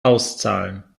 auszahlen